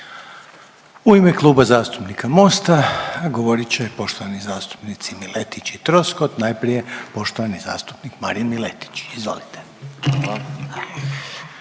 U ime Kluba zastupnika Mosta govorit će poštovani zastupnici Miletić i Troskot. Najprije poštovani zastupnik Marin Miletić, izvolite.